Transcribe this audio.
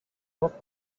not